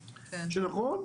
שנכון,